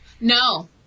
No